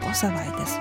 po savaitės